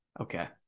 Okay